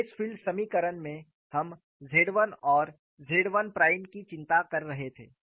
stress field समीकरण में हम Z 1 और Z 1 प्राइम की चिंता कर रहे थे